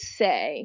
say